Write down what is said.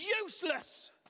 useless